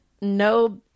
no